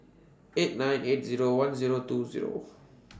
eight nine eight Zero one Zero two Zero